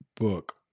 book